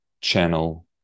channel